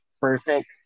perfect